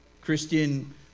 Christian